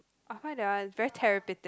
I find that one is very terrible